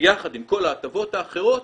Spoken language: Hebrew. יחד עם כל ההטבות האחרות,